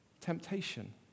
Temptation